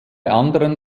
anderen